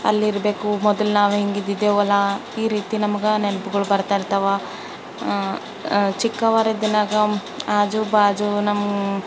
ಅಲ್ಲಿರಬೇಕು ಮೊದಲು ನಾವು ಹೆಂಗೆ ಇದ್ದಿದ್ದೆವಲ್ಲ ಈ ರೀತಿ ನಮಗೆ ನೆನ್ಪುಗಳು ಬರ್ತಾಯಿರ್ತಾವ ಚಿಕ್ಕವರಿದ್ದನಾಗ ಆಜು ಬಾಜು ನಮ್ಮ